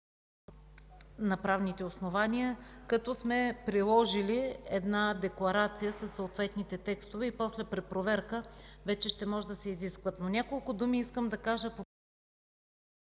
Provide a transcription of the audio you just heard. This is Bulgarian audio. на правните основания, като сме приложили една декларация със съответните текстове и после при проверка вече ще може да се изискват. Искам да кажа няколко